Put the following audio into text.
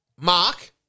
Mark